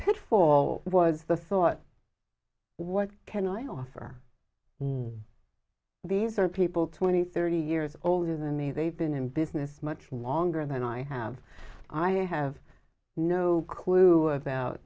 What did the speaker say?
pitfall was the thought what can i offer these are people twenty thirty years older than me they've been in business much longer than i have i have no clue about